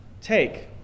take